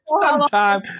sometime